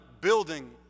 building